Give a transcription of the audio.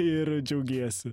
ir džiaugiesi